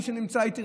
מי שנמצא איתי,